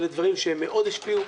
אלה דברים שמאוד השפיעו.